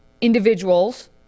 individuals